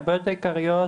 הבעיות העיקריות